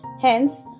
Hence